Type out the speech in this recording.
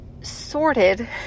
sorted